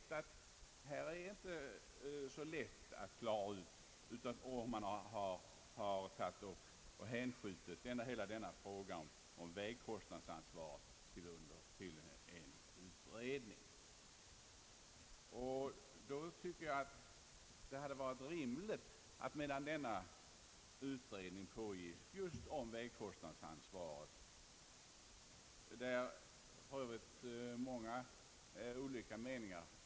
I detta spörsmål råder för Öövrigt många olika meningar.